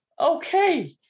okay